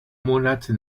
monate